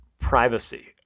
privacy